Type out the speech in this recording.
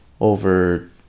over